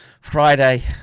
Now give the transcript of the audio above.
Friday